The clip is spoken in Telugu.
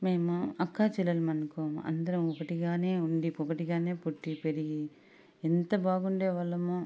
మేము అక్కా చెల్లెలు అనుకోము అందరం ఒకటిగానే ఉండి ఒకటి గానే పుట్టి పెరిగి ఎంత బాగుండే వాళ్ళమో